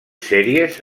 sèries